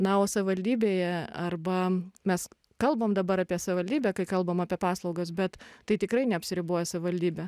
na o savivaldybėje arba mes kalbam dabar apie savivaldybę kai kalbam apie paslaugas bet tai tikrai neapsiriboja savivaldybe